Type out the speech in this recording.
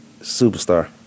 Superstar